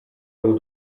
był